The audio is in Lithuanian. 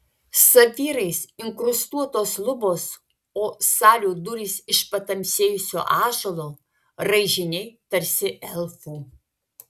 safyrais inkrustuotos lubos o salių durys iš patamsėjusio ąžuolo raižiniai tarsi elfų